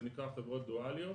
זה נקרא חברות דואליות,